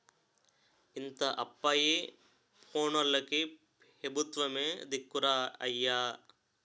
ఇంత అప్పయి పోనోల్లకి పెబుత్వమే దిక్కురా అయ్యా